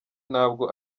ntabwo